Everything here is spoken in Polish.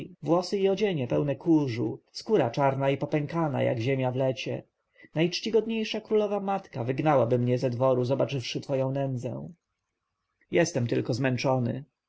włosy i odzienie pełne kurzu skóra czarna i popękana jak ziemia w lecie najczcigodniejsza królowa-matka wygnałaby mnie ze dworu zobaczywszy twoją nędzę jestem tylko zmęczony